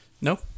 no